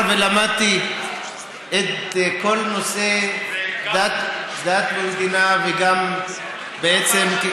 מאחר שלמדתי את כל נושא דת ומדינה, וגם בעצם,